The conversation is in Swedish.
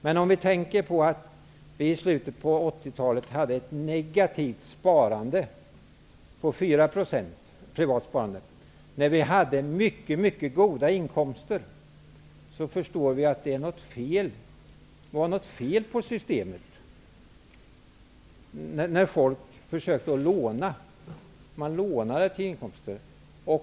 Men om vi tänker på att det i slutet av 80-talet, när inkomsterna var mycket goda, var ett negativt privat sparande på 4 %, förstår man att det var något fel på systemet. Man lånade då till inkomster.